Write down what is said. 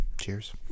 cheers